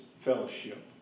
fellowship